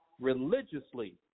religiously